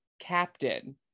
captain